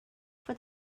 for